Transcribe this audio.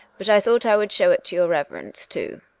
but i thought i would show it to your reverence, too.